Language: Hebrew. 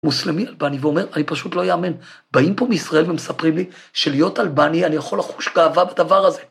מוסלמי-אלבני, ואומר, אני פשוט, לא יאמן. באים פה מישראל ומספרים לי שלהיות אלבני, אני יכול לחוש גאווה בדבר הזה.